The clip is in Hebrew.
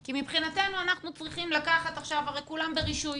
כי מבחינתנו הרי כולם ברישוי